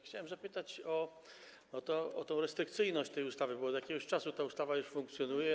Chciałem zapytać o restrykcyjność tej ustawy, bo od jakiegoś czasu ta ustawa już funkcjonuje.